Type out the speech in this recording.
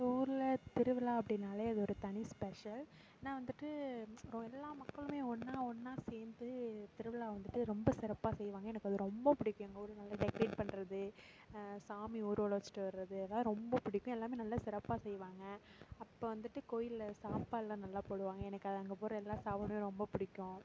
எங்கள் ஊரில் திருவிழா அப்படின்னாலே அது ஒரு தனி ஸ்பெஷல் ஏன்னால் வந்துட்டு எல்லா மக்களுமே ஒன்றா ஒன்றா சேர்ந்து திருவிழா வந்துட்டு ரொம்ப சிறப்பாக செய்வாங்க எனக்கு அது ரொம்ப பிடிக்கும் எங்கள் ஊர் நல்லா டெக்ரேட் பண்றது சாமி ஊர்வலம் வச்சுட்டு வர்றது அதெல்லாம் ரொம்ப பிடிக்கும் எல்லாமே நல்லா சிறப்பாக செய்வாங்க அப்போது வந்துட்டு கோயிலில் சாப்பாடுலாம் நல்லா போடுவாங்க எனக்கு அது அங்கே போடுற எல்லா சாப்பாடுமே ரொம்ப பிடிக்கும்